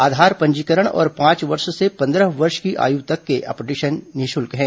आधार पंजीकरण और पांच वर्ष से पन्द्रह वर्ष की आयु तक के लिए अपडेशन निःशुल्क है